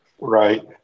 Right